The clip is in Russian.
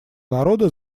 народа